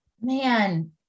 Man